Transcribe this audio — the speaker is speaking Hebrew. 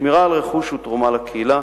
שמירה על רכוש ותרומה לקהילה,